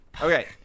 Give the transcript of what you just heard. Okay